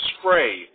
spray